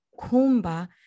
kumba